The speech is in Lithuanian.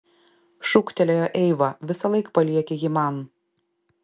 šūktelėjo eiva visąlaik palieki jį man